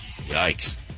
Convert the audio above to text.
Yikes